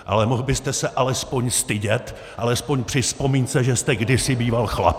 Ale mohl byste se alespoň stydět, alespoň při vzpomínce, že jste kdysi býval chlap!